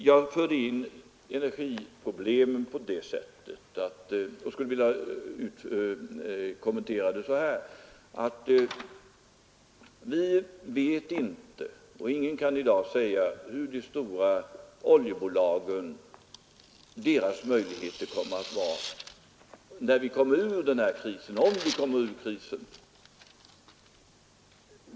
Jag skulle vilja kommentera det sätt varpå jag förde in energiproblemet så här: Ingen kan i dag säga hur de stora oljebolagens möjligheter kommer att vara när vi kommer ur den här krisen — om vi kommer ur krisen.